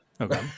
Okay